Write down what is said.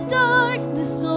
darkness